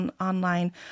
online